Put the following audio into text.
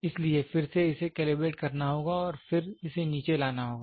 इसलिए फिर से इसे कैलिब्रेट करना होगा और फिर इसे नीचे लाना होगा